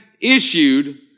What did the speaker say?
issued